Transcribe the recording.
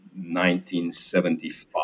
1975